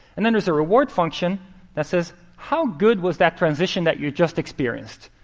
and then there's a reward function that says, how good was that transition that you've just experienced?